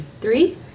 Three